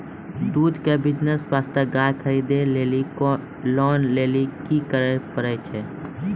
दूध के बिज़नेस वास्ते गाय खरीदे लेली लोन लेली की करे पड़ै छै?